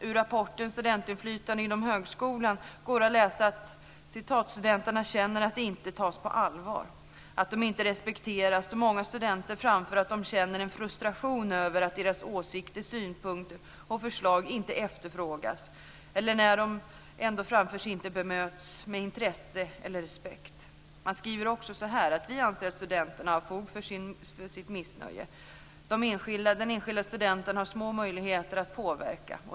Ur rapporten Studieinflytande inom högskolan går att läsa: "Studenterna känner att de inte tas på allvar, att de inte respekteras och många studenter framför att de känner en frustration över att deras åsikter, synpunkter och förslag inte efterfrågas eller när de ändå framförs inte bemöts med intresse och respekt." Man skriver också: "Vi anser att studenterna har fog för sitt missnöje. Den enskilde studenten har små möjligheter att påverka.